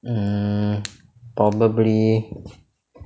mm probably